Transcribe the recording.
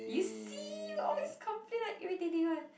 you see always complain like irritating [one]